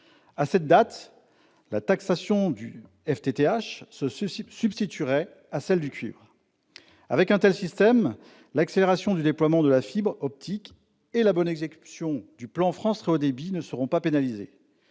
À cette date, la taxation du FTTH se substituerait à celle du cuivre. Avec un tel système, l'accélération du déploiement de la fibre optique et la bonne exécution du plan France Très haut débit ne seront pas pénalisées.